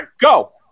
go